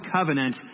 Covenant